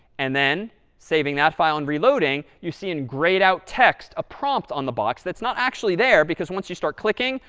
and then saving that file and reloading, you see in grayed-out text a prompt on the box that's not actually there, because once you start clicking,